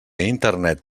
internet